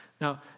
Now